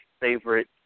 favorite